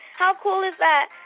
how cool is that?